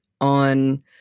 on